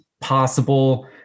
possible